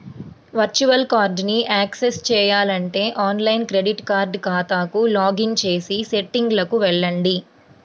virtual కార్డ్ని access చేయాలంటే online credit card ఖాతాకు లాగిన్ చేసి సెట్టింగ్లకు వెళ్లండి